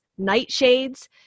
nightshades